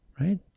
right